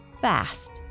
fast